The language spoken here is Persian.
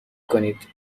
کنید